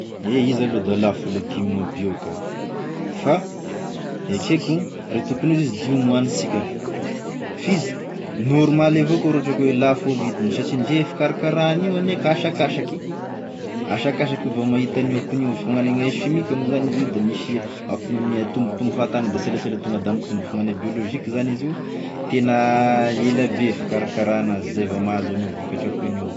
E izy aloha da lafo legumes bio ka, fa ekeko, raha e tokony ho izy de io gn'ohanisika, f'izy normaly avao koa raha ohatra ka hoe lafo e vidiny satria ndre e fikarakarana io nge ka asakasaky, asakasaky io vao mahita an'io akon'io fa ngn'ane simika zany izy io de misy hakony aminy mitombotombo fahatany, da selasela tonga da mitombo fa gn'ane biolozika zany izy io tena elabe fikarakarana azy zay vao mahazo an'io vokatra koin'io.